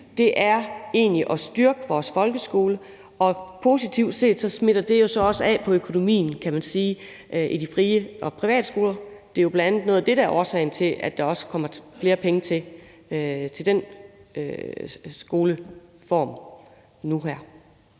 og nu egentlig er at styrke vores folkeskole, og positivt set smitter det jo også af på økonomien, kan man sige, i de frie skoler og privatskolerne. Det er jo bl.a. noget af det, der er årsagen til, at der også kommer flere penge til den skoleform nu.